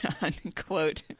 unquote